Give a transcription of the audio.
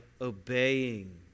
obeying